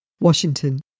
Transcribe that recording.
Washington